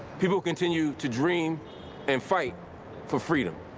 people who continue to dream and fight for freedom.